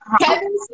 Kevin